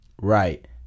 Right